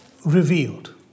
Revealed